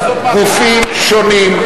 גופים שונים,